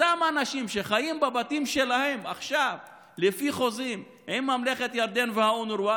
אותם אנשים שחיים בבתים שלהם עכשיו לפי חוזים עם ממלכת ירדן ואונר"א